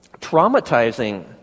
traumatizing